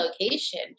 location